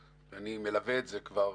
אני מלווה את המציאות הזאת כבר